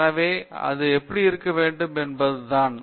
எனவே அது எப்படி இருக்க வேண்டும் என்பதுதான்